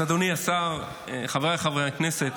אז אדוני השר, חבריי חברי הכנסת.